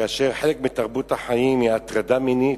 כאשר חלק מתרבות החיים היא הטרדה מינית,